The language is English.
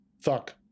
fuck